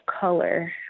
color